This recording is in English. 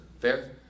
Fair